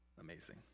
amazing